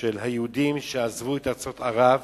של היהודים שעזבו את ארצות ערב